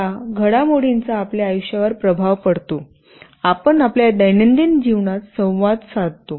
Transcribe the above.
या घडामोडींचा आपल्या आयुष्यावर प्रभाव पडतो आपण आपल्या दैनंदिन जीवनात संवाद साधतो